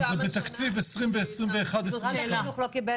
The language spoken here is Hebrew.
זה בתקציב 2021 2022. משרד החינוך לא קיבל